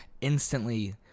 instantly